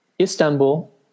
Istanbul